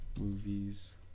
movies